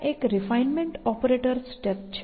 ત્યાં એક refinement operator step છે